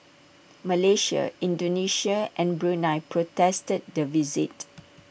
Malaysia Indonesia and Brunei protested the visit